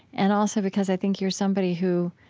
and also because i think you're somebody who,